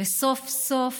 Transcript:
וסוף-סוף